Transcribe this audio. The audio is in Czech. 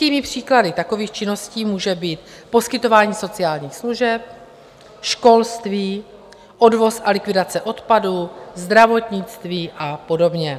Typickými příklady takových činností může být poskytování sociálních služeb, školství, odvoz a likvidace odpadu, zdravotnictví a podobně.